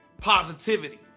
positivity